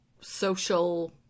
social